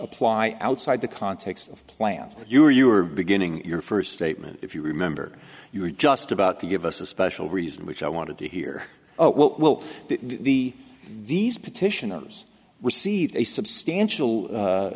apply outside the context of plans you are you are beginning your first statement if you remember you were just about to give us a special reason which i wanted to hear what will the these petitioners receive a substantial